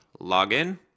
login